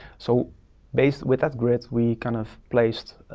so based with that grid, we kind of placed